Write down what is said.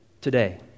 today